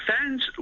fans